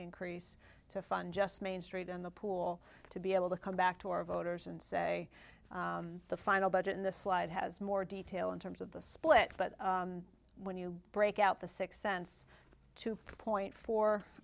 increase to fund just main street and the pool to be able to come back to our voters and say the final budget in the slide has more detail in terms of the split but when you break out the six cents two point fo